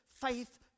faith